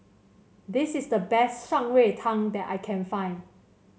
this is the best Shan Rui Tang that I can find